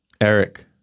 Eric